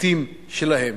הגטין שלהם.